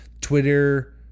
Twitter